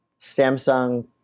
Samsung